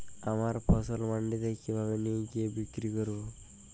আমার ফসল মান্ডিতে কিভাবে নিয়ে গিয়ে বিক্রি করব?